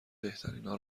بهترینا